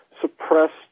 suppressed